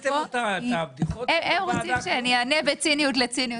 הם רוצים שאני אענה בציניות לציניות,